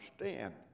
understand